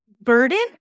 burden